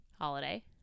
holiday